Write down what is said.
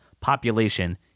population